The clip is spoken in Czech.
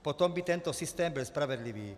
Potom by tento systém byl spravedlivý.